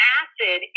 acid